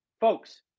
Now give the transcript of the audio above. Folks